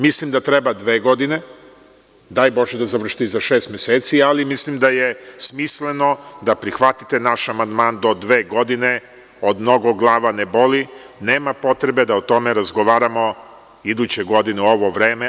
Mislim da treba dve godine, daj bože da završite i za šest meseci, ali mislim da je smisleno da prihvatite naš amandman do dve godine, od mnogo glava ne bili, nema potrebe da o tome razgovaramo iduće godine u ovo vreme.